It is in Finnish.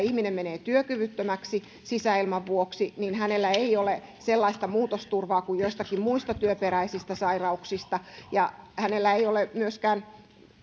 ihminen menee työkyvyttömäksi sisäilman vuoksi niin hänellä ei ole sellaista muutosturvaa kuin joistakin muista työperäisistä sairauksista ja hänellä ei ole myöskään